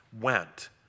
went